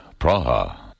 Praha